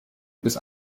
bis